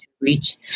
reach